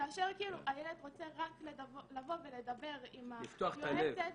כאשר הילד רוצה רק לבוא ולדבר עם היועצת,